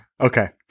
Okay